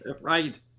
Right